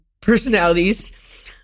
personalities